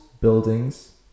buildings